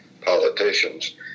politicians